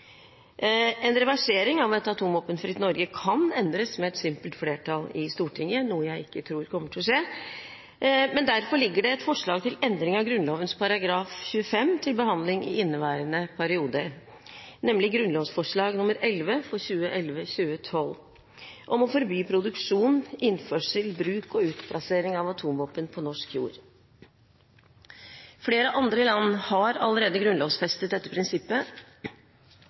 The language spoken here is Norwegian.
En reversering av et atomvåpenfritt Norge kan endres med et simpelt flertall i Stortinget, noe jeg ikke tror kommer til å skje. Derfor ligger det et forslag om endring av Grunnloven § 25 til behandling i inneværende periode, nemlig grunnlovsforslag 11 for 2011–2012 om å forby produksjon, innførsel, bruk og utplassering av atomvåpen på norsk jord. Flere andre land har allerede grunnlovfestet dette prinsippet.